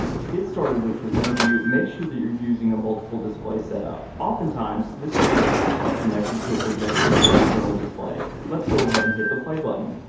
to get started with presenter view, make sure that you're using a multiple display setup. oftentimes, this would be a laptop connected to a projector or external display. let's go ahead and hit the play button.